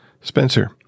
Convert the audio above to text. Spencer